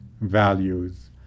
values